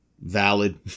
Valid